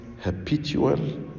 habitual